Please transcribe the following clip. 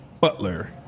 Butler